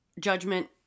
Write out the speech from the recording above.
judgment